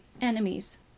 enemies